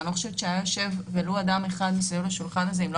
ואני לא חושבת שהיה יושב ולו אדם אחד סביב השולחן הזה אם לא